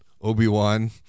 Obi-Wan